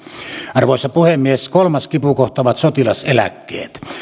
arvoisa puhemies kolmas kipukohta ovat sotilaseläkkeet